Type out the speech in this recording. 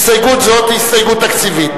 הסתייגות זאת היא הסתייגות תקציבית.